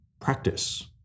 Practice